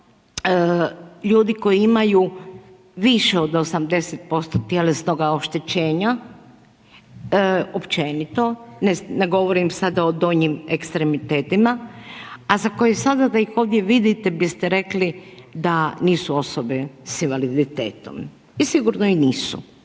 ljudi koji imaju više od 80% tjelesnoga oštećenja, općenito, ne govorim sada o donjim ekstremitetima a za koje sada da ih vidite biste rekli da nisu osobe sa invaliditetom. I sigurno i nisu